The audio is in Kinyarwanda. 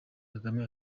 kagame